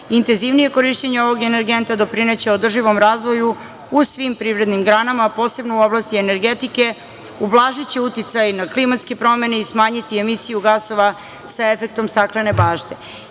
Intenzivnije korišćenje ovog energenta doprineće održivom razvoju u svim privrednim granama, a posebno u oblasti energetike, ublažiće uticaj na klimatske promene i smanjiti emisiju gasova sa efektom staklene